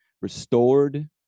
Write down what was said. restored